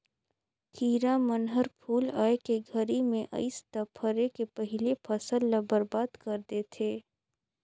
किरा मन हर फूल आए के घरी मे अइस त फरे के पहिले फसल ल बरबाद कर देथे